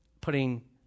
putting